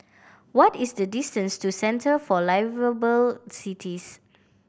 what is the distance to Centre for Liveable Cities